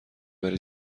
برای